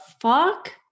fuck